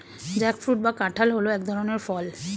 jackfruit বা কাঁঠাল হল এক ধরনের ফল